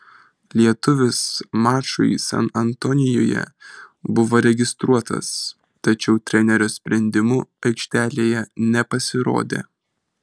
lietuvis mačui san antonijuje buvo registruotas tačiau trenerio sprendimu aikštelėje nepasirodė